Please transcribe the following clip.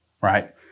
right